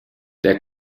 der